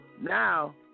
Now